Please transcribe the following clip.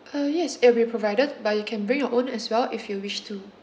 uh yes it will be provided but you can bring your own as well if you wish to